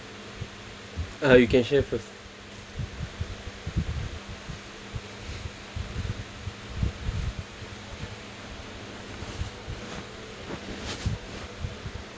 uh you can share first